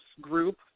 Group